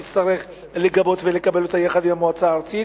תצטרך לגבות ולקבל אותה יחד עם המועצה הארצית,